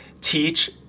teach